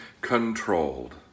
controlled